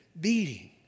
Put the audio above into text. beating